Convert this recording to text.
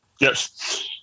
Yes